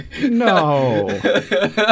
No